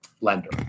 lender